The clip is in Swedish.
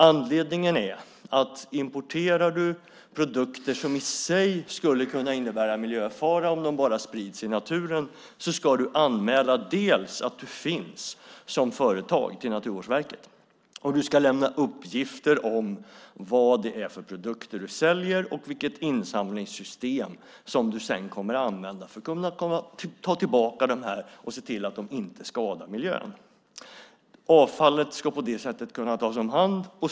Anledningen är att om du importerar produkter som i sig skulle kunna innebära en miljöfara om de sprids i naturen, ska du anmäla till Naturvårdsverket dels att du finns som företag, dels lämna uppgifter om vad det är för produkter du säljer och vilket insamlingssystem som du sedan kommer att använda för att kunna ta tillbaka avfallet och se till att det inte skadar miljön. Avfallet ska på det sättet kunna tas om hand.